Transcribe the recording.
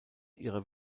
ihrer